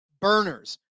burners